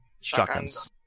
Shotguns